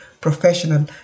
professional